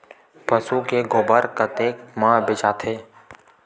पशु के गोबर कतेक म बेचाथे?